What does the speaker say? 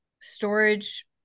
storage